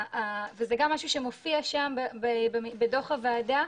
וזה גם משהו שמופיע בדו"ח הוועדה,